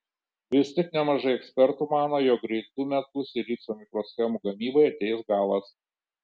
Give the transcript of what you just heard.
vis tik nemažai ekspertų mano jog greitu metu silicio mikroschemų gamybai ateis galas